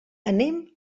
anem